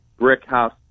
Brickhouse